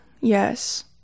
Yes